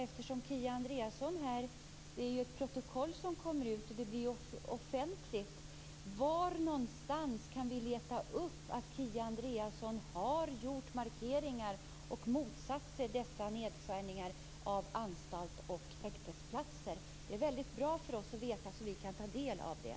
Eftersom det kommer ett protokoll, som är offentligt, skulle jag vilja veta var vi kan leta upp där det står att Kia Andreasson har gjort markeringar och motsatt sig dessa nedskärningar av antalet häktesplatser. Det vore bra för oss att veta detta, så att vi kan ta del av det.